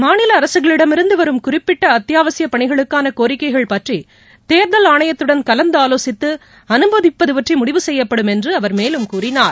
மாநில அரசுகளிடமிருந்து வரும் குறிப்பிட்ட அத்தியாவசிய பணிகளுக்கான கோிக்கைகள் பற்றி தேர்தல் ஆணையத்துடன் கலந்து ஆலோசித்து அனுமதிப்பது பற்றி முடிவு செய்யப்படும் என்று அவர் மேலும் கூறினார்